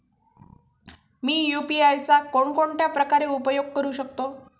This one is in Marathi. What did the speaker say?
मी यु.पी.आय चा कोणकोणत्या प्रकारे उपयोग करू शकतो?